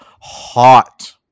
hot